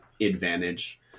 advantage